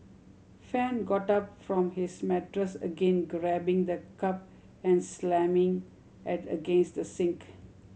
Fan got up from his mattress again grabbing the cup and slamming it against the sink